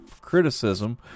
criticism